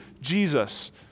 Jesus